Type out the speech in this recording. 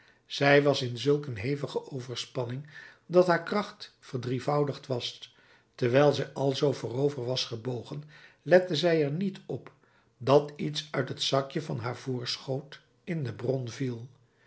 zij was in zulk een hevige overspanning dat haar kracht verdrievoudigd was terwijl zij alzoo voorover was gebogen lette zij er niet op dat iets uit het zakje van haar voorschoot in de bron viel